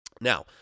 Now